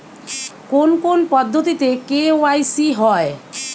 কোন কোন পদ্ধতিতে কে.ওয়াই.সি হয়?